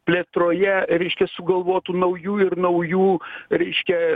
plėtroje reiškia sugalvotų naujų ir naujų reiškia